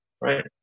right